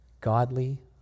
Godly